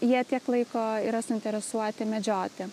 jie tiek laiko yra suinteresuoti medžioti